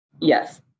Yes